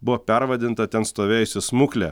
buvo pervadinta ten stovėjusi smuklė